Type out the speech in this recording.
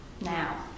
now